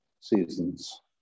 seasons